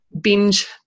binge